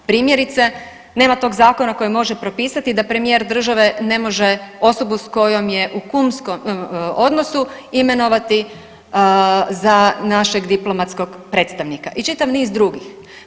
Primjerice nema tog zakona koji može propisati da premijer države ne može osobu s kojom je u kumskom odnosu imenovati za našeg diplomatskog predstavnika i čitav niz drugih.